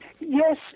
Yes